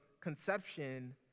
conception